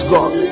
God